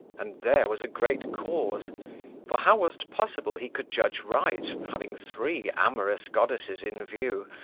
and there was a great cause for how was t possible he could judge right, having three amorous goddesses in view,